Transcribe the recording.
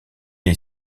est